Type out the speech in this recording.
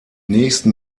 nächsten